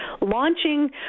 launching